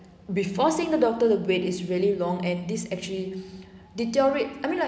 before seeing the doctor the wait is really long and this actually deteriorate I mean like